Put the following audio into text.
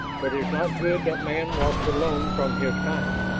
but it is not good that man walks alone from his kind.